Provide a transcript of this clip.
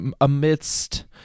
amidst